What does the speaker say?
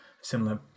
similar